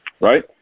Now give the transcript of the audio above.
Right